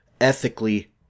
ethically